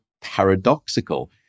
Paradoxical